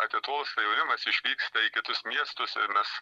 atitolsta jaunimas išvyksta į kitus miestus ir mes